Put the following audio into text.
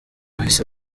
bahise